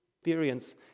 experience